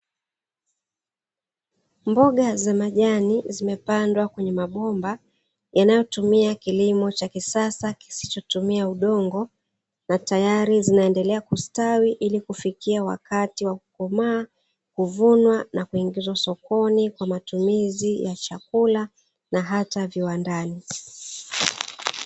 Mboga za majani zimepandwa kwenye mabomba yanayo tumia kilimo cha kisasa kisichotumia udongo na tayari zinaendelea kustawi na kufikia wakati wa kukomaa, kuvunwa na kuingizwa sokoni kwa matumizi ya chakula na hata viwandani.